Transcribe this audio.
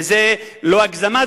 וזה לא הגזמה,